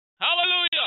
Hallelujah